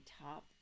top